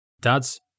dad's